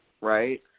right